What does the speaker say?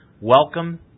welcome